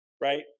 right